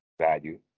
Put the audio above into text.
value